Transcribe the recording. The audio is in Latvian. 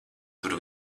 tur